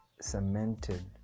cemented